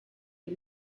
you